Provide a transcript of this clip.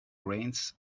reins